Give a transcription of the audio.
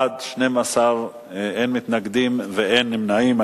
בעד, 12, אין מתנגדים ואין נמנעים.